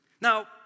Now